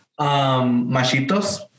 machitos